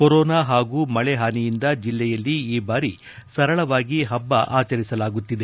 corona ಹಾಗೂ ಮಳೆಹಾನಿಯಿಂದ ಜಿಲ್ಲೆಯಲ್ಲಿ ಈ ಬಾರಿ ಸರಳವಾಗಿ ಹಬ್ಬ ಆಚರಿಸಲಾಗುತ್ತಿದೆ